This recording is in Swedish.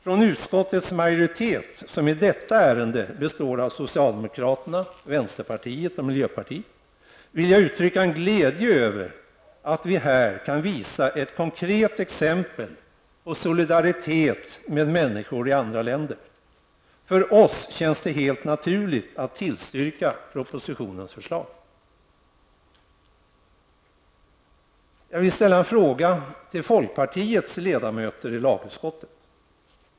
Från utskottets majoritet, som i detta ärende består av socialdemokraterna, vänsterpartiet och miljöpartiet, vill jag uttrycka en glädje över att vi här kan visa ett konkret exempel på solidaritet med människor i andra länder. För oss känns det helt naturligt att tillstyrka propositionens förslag. Jag vill ställa en fråga till folkpartiets ledamöter i lagutskottet.